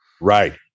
Right